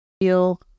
feel